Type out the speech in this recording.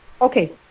Okay